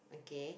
okay